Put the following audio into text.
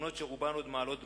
תמונות שברובן עוד מעלות דמעות.